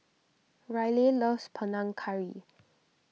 Ryleigh loves Panang Curry